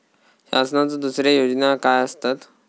शासनाचो दुसरे योजना काय आसतत?